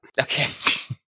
Okay